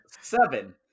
seven